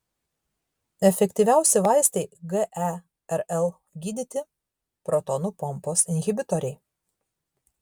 efektyviausi vaistai gerl gydyti protonų pompos inhibitoriai